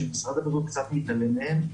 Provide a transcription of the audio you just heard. שמשרד הבריאות קצת מתעלם מהן,